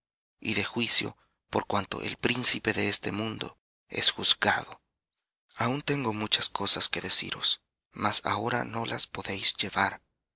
y de juicio por cuanto el príncipe de este mundo es juzgado aun tengo muchas cosas que deciros mas ahora no las podéis llevar